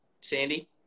Sandy